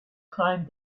climbed